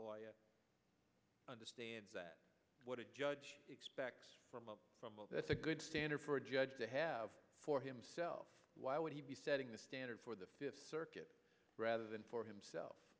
lawyer understands that what a judge expects from well that's a good standard for a judge to have for himself why would he be setting the standard for the fifth circuit rather than for himself